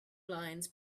lines